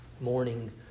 Morning